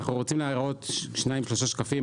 אנחנו רוצים להראות שניים-שלושה שקפים במצגת שלנו.